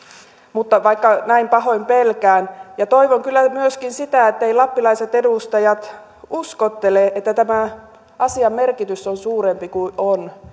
vaikka näin pahoin pelkään toivon kyllä myöskin sitä etteivät lappilaiset edustajat uskottele että tämän asian merkitys on suurempi kuin on